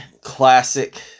classic